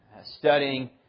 studying